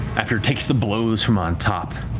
after it takes the blows from on top,